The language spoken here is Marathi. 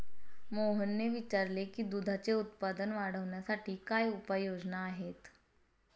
मोहनने विचारले की दुधाचे उत्पादन वाढवण्यासाठी काय उपाय योजना आहेत?